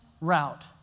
route